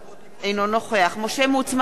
אינו נוכח משה מטלון,